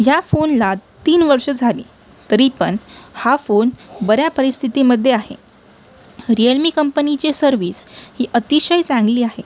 ह्या फोनला तीन वर्षं झाली तरी पण हा फोन बऱ्या परिस्थितीमध्ये आहे रियलमी कंपनीची सर्विस ही अतिशय चांगली आहे